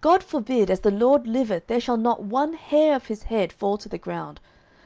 god forbid as the lord liveth, there shall not one hair of his head fall to the ground